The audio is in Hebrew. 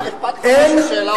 אכפת לך, שאלה עובדתית?